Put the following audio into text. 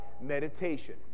meditation